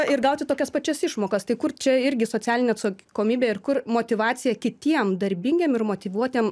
ir gauti tokias pačias išmokas tai kur čia irgi socialinė atsakomybė ir kur motyvacija kitiem darbingiem ir motyvuotiem